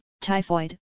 typhoid